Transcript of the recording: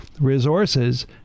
resources